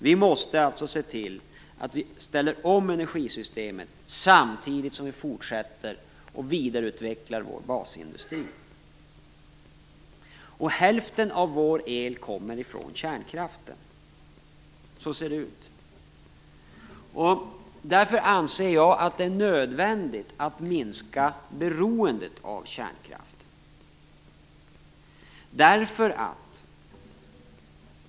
Vi måste alltså se till att vi ställer om energisystemet samtidigt som vi fortsätter att vidareutveckla vår basindustri. Hälften av vår el kommer från kärnkraften. Så ser det ut. Därför anser jag att det är nödvändigt att minska beroendet av kärnkraft.